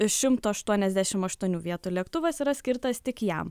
šimto aštuoniasdešim aštuonių vietų lėktuvas yra skirtas tik jam